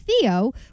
Theo